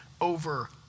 over